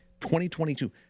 2022